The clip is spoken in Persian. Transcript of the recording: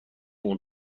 اون